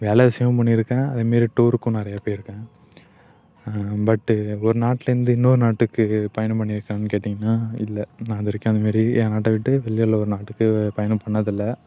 வேலை விஷயமும் பண்ணியிருக்கேன் அதே மாதிரி டூருக்கு நிறைய போயிருக்கேன் பட்டு ஒரு நாட்டிலிருந்து இன்னொரு நாட்டுக்கு பயணம் பண்ணியிருக்கேனா கேட்டிங்கனால் இல்லை நான் இது வரைக்கும் அந்தமாரி என் நாட்டை விட்டு வெளியில் ஒரு நாட்டுக்கு பயணம் பண்ணதில்லை